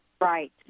Right